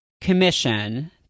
commission